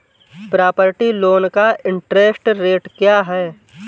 Property loan का interest rate क्या है?